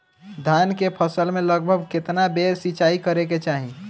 धान के फसल मे लगभग केतना बेर सिचाई करे के चाही?